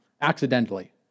accidentally